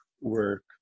work